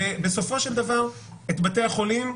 ובסופו של דבר את בתי החולים,